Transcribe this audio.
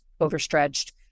overstretched